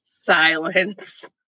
silence